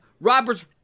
Robert's